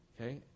Okay